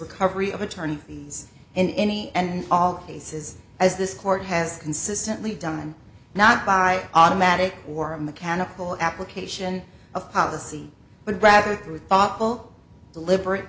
recovery of attorney fees in any and all cases as this court has consistently done not by automatic or mechanical application of policy but rather through thoughtful deliber